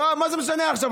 לא, מה זה משנה עכשיו?